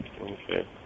Okay